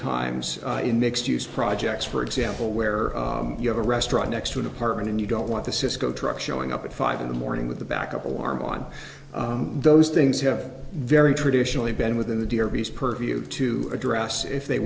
times in mixed use projects for example where you have a restaurant next to an apartment and you don't want to cisco truck showing up at five in the morning with the back up alarm on those things have very traditionally been within the dea or beast purview to address if they